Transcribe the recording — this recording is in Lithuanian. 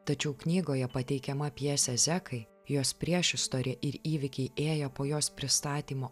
tačiau knygoje pateikiama pjesė zekai jos priešistorė ir įvykiai ėję po jos pristatymo